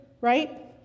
right